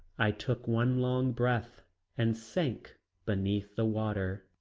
i took one long breath and sank beneath the water.